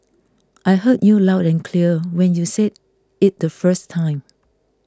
I heard you loud and clear when you said it the first time